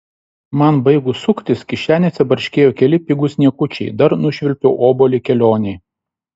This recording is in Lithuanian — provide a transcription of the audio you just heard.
man baigus suktis kišenėse barškėjo keli pigūs niekučiai dar nušvilpiau obuolį kelionei